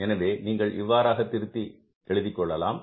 எனவே நீங்கள் இவ்வாறாக திருத்தி எழுதிக் கொள்ளலாம்